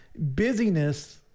Busyness